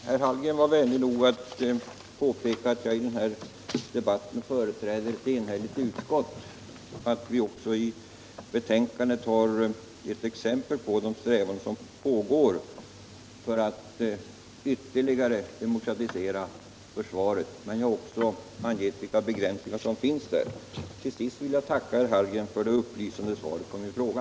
Herr talman! Herr Hallgren var vänlig nog att påpeka att jag i den här debatten företräder ett enigt utskott och att vi också i betänkandet har gett exempel på de strävanden som pågår för att ytterligare demokratisera försvaret men att där också angetts vilka begränsningar som finns på detta område. Till sist vill jag tacka herr Hallgren för det upplysande svaret på min fråga.